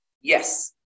yes